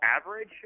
average